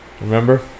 Remember